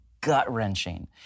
gut-wrenching